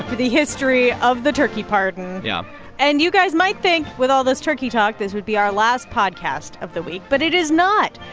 ah the history of the turkey pardon yeah and you guys might think, with all this turkey talk, this would be our last podcast of the week, but it is not.